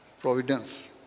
providence